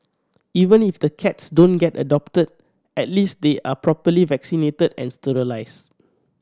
even if the cats don't get adopted at least they are properly vaccinated and sterilise